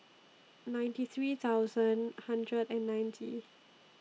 ninety three thousand hundred and ninety